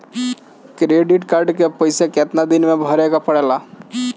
Credit card के पइसा कितना दिन में भरे के पड़ेला?